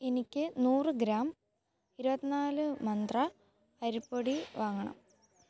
എനിക്ക് നൂറ് ഗ്രാം ഇരുപത്തി നാല് മന്ത്ര അരിപ്പൊടി വാങ്ങണം